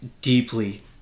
deeply